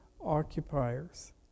occupiers